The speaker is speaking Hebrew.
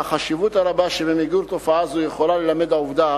על החשיבות הרבה שבמיגור תופעה זו יכולה ללמד העובדה